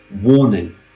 Warning